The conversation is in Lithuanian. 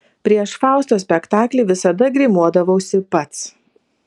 prieš fausto spektaklį visada grimuodavausi pats